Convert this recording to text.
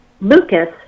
Lucas